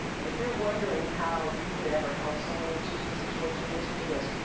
and if you're wondering how you could ever help someone in susan's situation, listen to this,